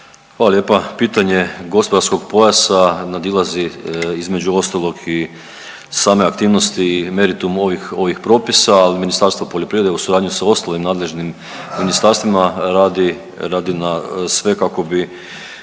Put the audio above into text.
Hvala lijepa. Pitanje gospodarskog pojasa nadilazi između ostalog i same aktivnosti i meritum ovih propisa, ali Ministarstvo poljoprivrede u suradnji sa ostalim nadležnim ministarstvima radi na, radi sve kako bi